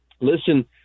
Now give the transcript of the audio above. listen